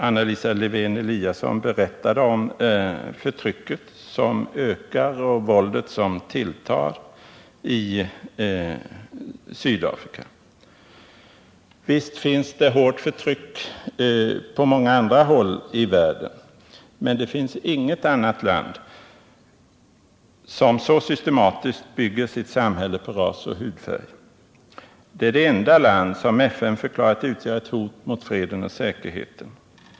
Anna Lisa Lewén-Eliasson berättade om förtrycket som ökar och våldet som tilltar i Sydafrika. Visst finns det hårt förtryck på många andra håll i världen, men det finns inget annat land som så systematiskt bygger sitt samhälle på ras och hudfärg. Det är det enda land som FN förklarat utgöra ett hot mot freden och säkerheten.